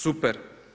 Super!